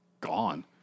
gone